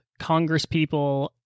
congresspeople